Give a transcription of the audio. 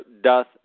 doth